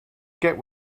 get